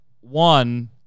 One